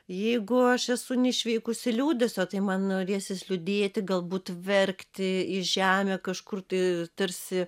jeigu aš esu neišveikusi liūdesio tai man norėsis liūdėti galbūt verkti į žemę kažkur tai tarsi